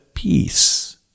Peace